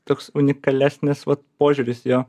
toks unikalesnis vat požiūris jo